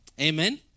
amen